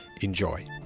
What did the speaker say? Enjoy